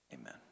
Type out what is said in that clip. amen